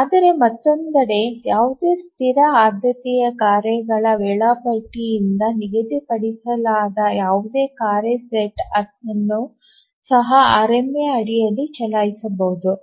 ಆದರೆ ಮತ್ತೊಂದೆಡೆ ಯಾವುದೇ ಸ್ಥಿರ ಆದ್ಯತೆಯ ಕಾರ್ಯಗಳ ವೇಳಾಪಟ್ಟಿಯಿಂದ ನಿಗದಿಪಡಿಸಲಾದ ಯಾವುದೇ ಕಾರ್ಯ ಸೆಟ್ ಅನ್ನು ಸಹ ಆರ್ಎಂಎ ಅಡಿಯಲ್ಲಿ ಚಲಾಯಿಸಬಹುದು